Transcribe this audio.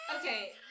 Okay